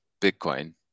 Bitcoin